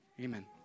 Amen